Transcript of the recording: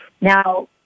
Now